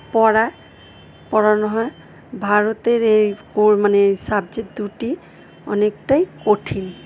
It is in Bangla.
পড়ায় পড়ানো হয় ভারতের এই মানে সাবজেক্ট দুটি অনেকটাই কঠিন